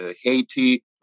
Haiti